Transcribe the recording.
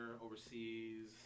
overseas